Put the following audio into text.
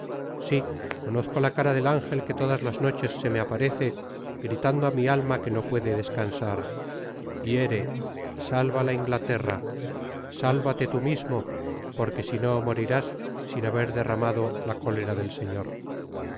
si conozco la cara del ángel que todas las noches se me aparece gritando á mi alma que no puede descansar hiere salva la inglaterra sálvate tú mismo porque sino morirás sin haber desarmado la cólera del señor